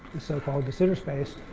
the so-called de sitter space,